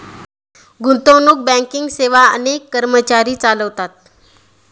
गुंतवणूक बँकिंग सेवा अनेक कर्मचारी चालवतात